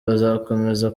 bazakomeza